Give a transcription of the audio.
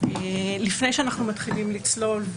לפני שאנחנו מתחילים לצלול,